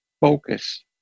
focus